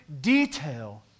detail